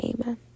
amen